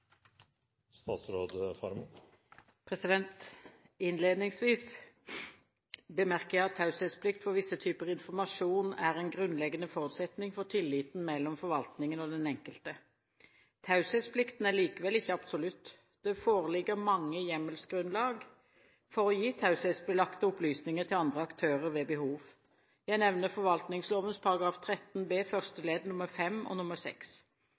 en grunnleggende forutsetning for tilliten mellom forvaltningen og den enkelte. Taushetsplikten er likevel ikke absolutt. Det foreligger mange hjemmelsgrunnlag for å gi taushetsbelagte opplysninger til andre aktører ved behov. Jeg nevner forvaltningsloven § 13 b første ledd nr. 5 og